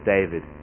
David